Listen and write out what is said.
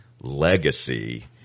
legacy